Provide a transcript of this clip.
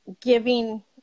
giving